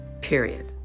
Period